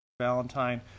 Valentine